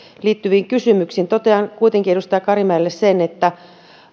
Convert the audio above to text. liittyviin kysymyksiin totean kuitenkin edustaja karimäelle sen että